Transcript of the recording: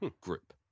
group